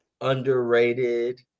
underrated